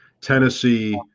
Tennessee